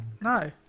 No